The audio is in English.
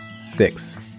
six